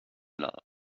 love